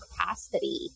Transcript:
capacity